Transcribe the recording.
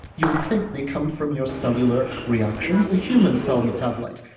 you would think they come from your cellular reactions the human cell metabolites.